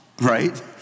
right